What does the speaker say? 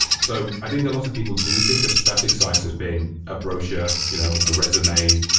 so i think a lot of people do think of static sites as being a brochure, you know a resume,